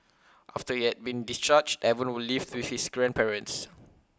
after he had been discharged Evan will live with his grandparents